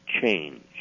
change